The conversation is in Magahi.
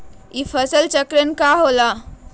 ई फसल चक्रण का होला?